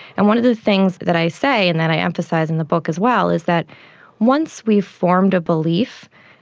and one of the things that i say and that i emphasise in the book as well is that once we've formed a belief,